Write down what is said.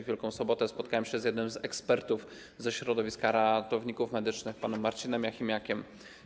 W Wielką Sobotę spotkałem się z jednym z ekspertów ze środowiska ratowników medycznych panem Marcinem Jachimiakiem.